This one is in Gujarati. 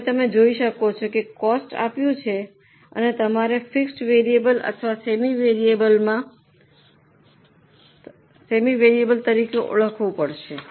હવે તમે જોઈ શકો છો કે કોસ્ટ આપ્યું છે અને તમારે ફિક્સડ વેરિયેબલ અથવા સેમી વેરિયેબલમાં તરીકે ઓળખવું પડશે